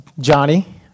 Johnny